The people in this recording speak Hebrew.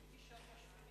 אדוני היושב-ראש,